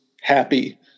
happy